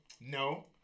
No